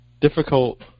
difficult –